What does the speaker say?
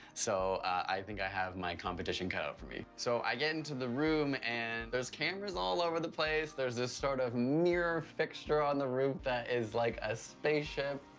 so i think i have my competition cut out for me. so i get into the room, and. there's cameras all over the place, there's this sort of mirror fixture on the roof that is like a spaceship.